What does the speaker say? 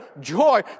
joy